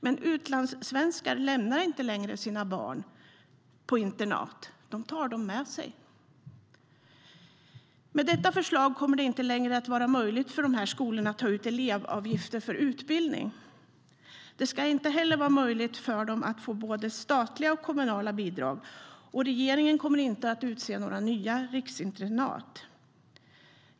Men utlandssvenskar lämnar inte längre sina barn på internat - de tar dem med sig. Med detta förslag kommer det inte längre att vara möjligt för de här skolorna att ta ut elevavgifter för utbildning. Det ska inte heller vara möjligt för dem att få både statliga och kommunala bidrag. Och regeringen kommer inte att utse några nya riksinternat.